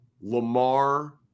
Lamar